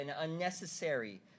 unnecessary